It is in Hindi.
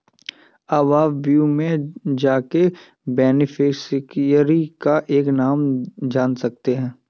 अब आप व्यू में जाके बेनिफिशियरी का नाम जान सकते है